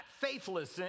faithless